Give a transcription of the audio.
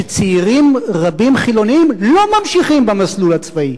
שצעירים רבים חילונים לא ממשיכים במסלול הצבאי,